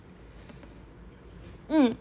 mm